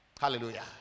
Hallelujah